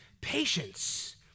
patience